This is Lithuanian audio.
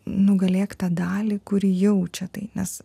nugalėk tą dalį kuri jaučia tai nes